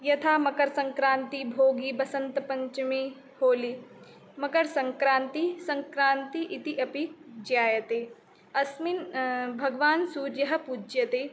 यथा मकरसङ्क्रान्ति भोगि वसन्तपञ्चमी होलि मकरसङ्क्रान्ति सङ्क्रान्ति इति अपि जायते अस्मिन् भगवान् सूर्यः पूज्यते